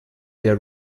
der